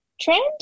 trend